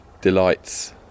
delights